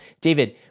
David